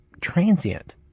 transient